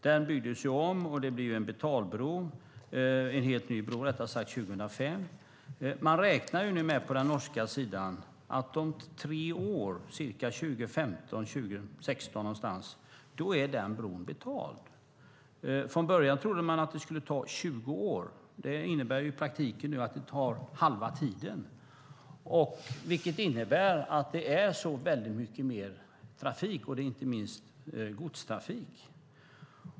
Den byggdes om till en helt ny bro 2005 och blev en betalbro. Man räknar nu på den norska sidan att om tre år, 2015-2016, är bron betald. Från början trodde man att det skulle ta 20 år. Det innebär i praktiken att det kommer att ta halva tiden, vilket betyder att det är så mycket mer trafik, inte minst godstrafik.